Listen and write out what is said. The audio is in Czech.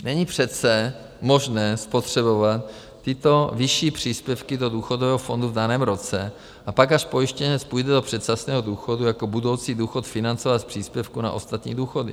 Není přece možné spotřebovat tyto vyšší příspěvky do důchodového fondu v daném roce a pak, až pojištěnec půjde do předčasného důchodu, jako budoucí důchod financovat z příspěvku na ostatní důchody?